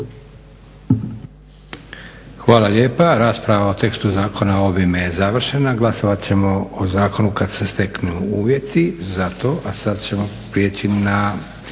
Hvala lijepa. Rasprava o tekstu zakona ovime je završena. Glasovat ćemo o zakonu kada se steknu uvjeti za to. **Leko, Josip